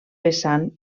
vessant